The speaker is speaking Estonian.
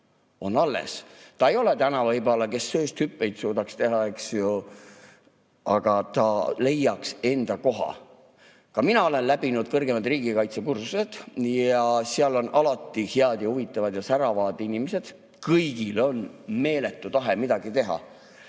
on alles. Ta ei ole täna võib-olla see, kes söösthüppeid suudaks teha, eks ju, aga ta leiaks endale koha. Ka mina olen läbinud kõrgemad riigikaitsekursused. Seal on alati head ja huvitavad, säravad inimesed, kõigil on meeletu tahe midagi teha.